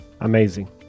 Amazing